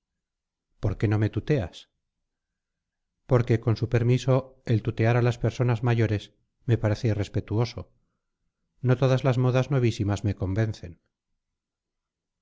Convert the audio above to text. por qué no me tuteas porque con su permiso el tutear a las personas mayores me parece irrespetuoso no todas las modas novísimas me convencen